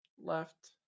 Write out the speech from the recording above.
Left